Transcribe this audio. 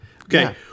Okay